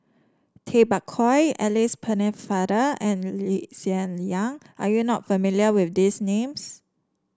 Tay Bak Koi Alice Pennefather and Lee Hsien Yang are you not familiar with these names